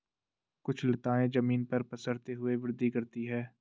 कुछ लताएं जमीन पर पसरते हुए वृद्धि करती हैं